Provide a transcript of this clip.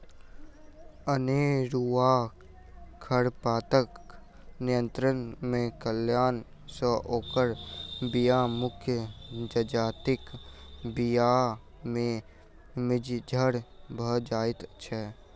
अनेरूआ खरपातक नियंत्रण नै कयला सॅ ओकर बीया मुख्य जजातिक बीया मे मिज्झर भ जाइत छै